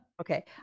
Okay